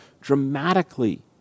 dramatically